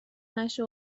نشه